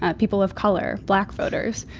ah people of color, black voters.